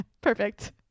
perfect